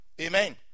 Amen